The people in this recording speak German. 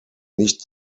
nicht